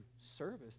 service